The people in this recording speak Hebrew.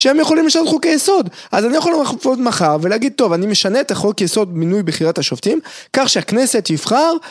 שהם יכולים לשנות חוקי יסוד, אז אני יכול לומר חוקי יסוד מחר ולהגיד טוב אני משנה את החוקי יסוד במינוי בחירת השופטים כך שהכנסת יבחר